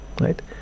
right